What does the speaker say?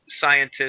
scientists